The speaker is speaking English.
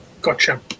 Gotcha